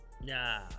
nah